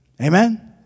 Amen